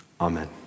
Amen